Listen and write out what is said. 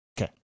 Okay